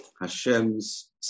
Hashem's